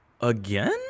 again